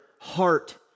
heart